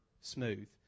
smooth